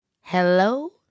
Hello